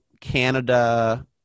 Canada